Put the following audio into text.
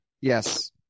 Yes